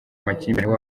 amakimbirane